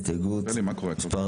מי בעד הרוויזיה על הסתייגות מספר 46?